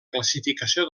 classificació